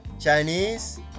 Chinese